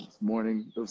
morning